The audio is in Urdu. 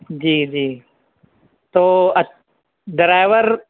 جی جی تو ڈرائیور